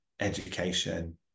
education